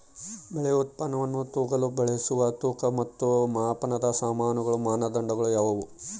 ಬೆಳೆ ಉತ್ಪನ್ನವನ್ನು ತೂಗಲು ಬಳಸುವ ತೂಕ ಮತ್ತು ಮಾಪನದ ಸಾಮಾನ್ಯ ಮಾನದಂಡಗಳು ಯಾವುವು?